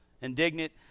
Indignant